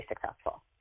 successful